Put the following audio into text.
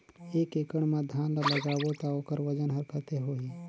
एक एकड़ मा धान ला लगाबो ता ओकर वजन हर कते होही?